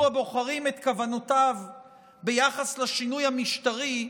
הבוחרים את כוונותיו ביחס לשינוי המשטרי,